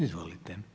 Izvolite.